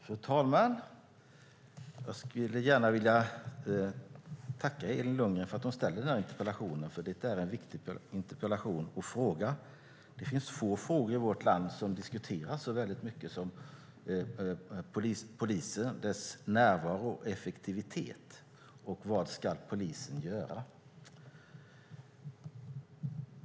Fru talman! Jag skulle gärna vilja tacka Elin Lundgren för att hon har ställt denna interpellation eftersom den handlar om en viktig fråga. Det finns få frågor i vårt land som diskuteras så mycket som polisen, dess närvaro och effektivitet och vad den ska göra.